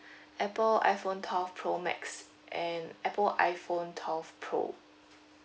Apple iphone twelve pro max and Apple iphone twelve pro